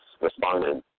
responded